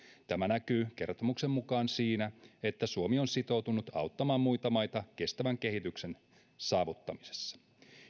tämä näkyy kertomuksen mukaan siinä että suomi on sitoutunut auttamaan muita maita kestävän kehityksen saavuttamisessa